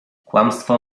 kłamstwo